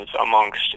amongst